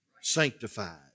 Sanctified